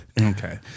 Okay